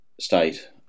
state